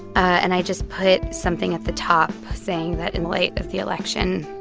and i just put something at the top saying that in light of the election,